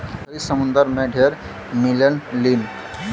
मछरी समुंदर में ढेर मिललीन